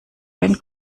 ein